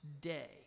day